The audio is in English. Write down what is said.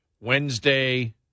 Wednesday